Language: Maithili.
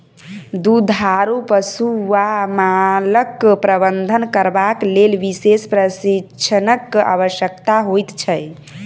दुधारू पशु वा मालक प्रबंधन करबाक लेल विशेष प्रशिक्षणक आवश्यकता होइत छै